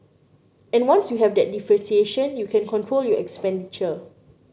and once you have that differentiation you can control your expenditure